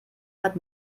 hat